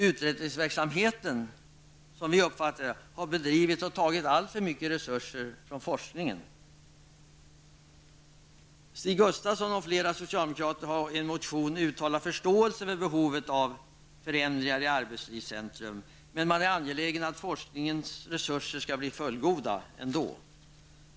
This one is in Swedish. Utredningsverksamheten har, som vi uppfattat det, tagit alltför mycket resurser från forskningen. Stig Gustafsson och flera andra socialdemokrater har i en motion uttalat förståelse för behovet av förändringar i arbetslivscentrum. Men man är angelägen om att forskningens resurser ändå skall bli fullgoda.